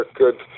good